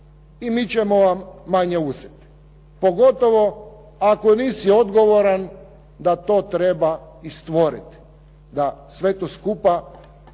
i mi ćemo vam manje uzeti, pogotovo ako nisi odgovoran da to treba i stvoriti, da sve to skupa